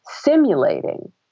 simulating